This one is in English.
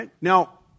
Now